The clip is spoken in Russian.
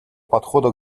подхода